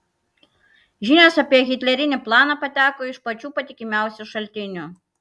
žinios apie hitlerinį planą pateko iš pačių patikimiausių šaltinių